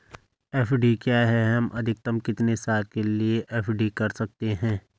FD क्या है हम अधिकतम कितने साल के लिए एफ.डी कर सकते हैं?